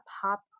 pop